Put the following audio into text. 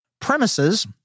premises